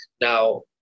Now